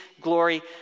glory